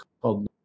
called